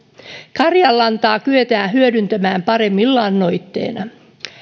karjanlantaa kyetään hyödyntämään paremmin lannoitteena